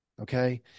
Okay